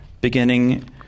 beginning